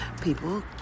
people